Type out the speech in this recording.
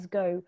go